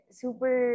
super